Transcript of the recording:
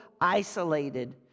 isolated